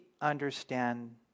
understand